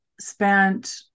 spent